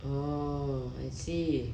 oh I see